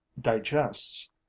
digests